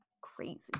crazy